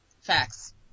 Facts